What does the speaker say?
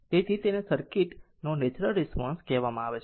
તેથી તેને સર્કિટ નો નેચરલ રિસ્પોન્સ કહેવામાં આવે છે